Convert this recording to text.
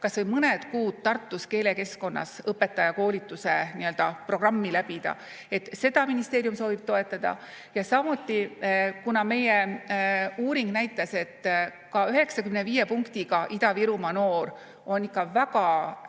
kas või mõned kuud Tartus keelekeskkonnas õpetajakoolituse programmi läbida. Seda ministeerium soovib toetada. Ja samuti, kuna meie uuring näitas, et ka 95 punktiga Ida-Virumaa noor on ikka väga